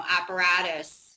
apparatus